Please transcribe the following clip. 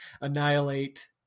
annihilate